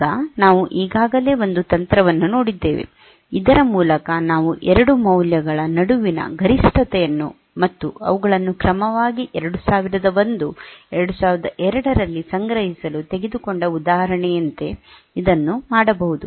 ಈಗ ನಾವು ಈಗಾಗಲೇ ಒಂದು ತಂತ್ರವನ್ನು ನೋಡಿದ್ದೇವೆ ಇದರ ಮೂಲಕ ನಾವು 2 ಮೌಲ್ಯಗಳ ನಡುವಿನ ಗರಿಷ್ಠತೆ ಯನ್ನು ಮತ್ತು ಅವುಗಳನ್ನು ಕ್ರಮವಾಗಿ 2001 2002 ರಲ್ಲಿ ಸಂಗ್ರಹಿಸಲು ತೆಗೆದುಕೊಂಡ ಉದಾಹರಣೆಯಂತೆ ಇದನ್ನು ಮಾಡಬಹುದು